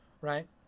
right